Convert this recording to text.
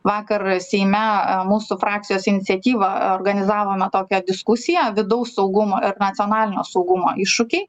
vakar seime mūsų frakcijos iniciatyva organizavome tokią diskusiją vidaus saugumo ir nacionalinio saugumo iššūkiai